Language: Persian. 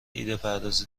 ایدهپردازی